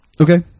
Okay